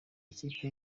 ikipe